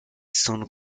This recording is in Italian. sono